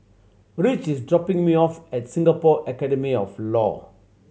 Rich is dropping me off at Singapore Academy of Law